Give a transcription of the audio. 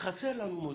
חסר לנו מוסדות.